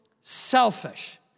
selfish